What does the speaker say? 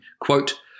quote